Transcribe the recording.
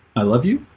i love you.